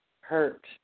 hurt